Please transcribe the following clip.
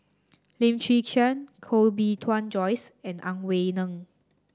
Lim Chwee Chian Koh Bee Tuan Joyce and Ang Wei Neng